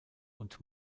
und